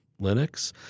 Linux